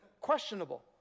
questionable